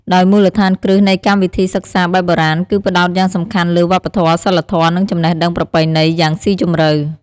ដោយមូលដ្ឋានគ្រឹះនៃកម្មវិធីសិក្សាបែបបុរាណគឺផ្តោតយ៉ាងសំខាន់លើ វប្បធម៌ សីលធម៌ និងចំណេះដឹងប្រពៃណី យ៉ាងស៊ីជម្រៅ។